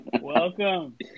Welcome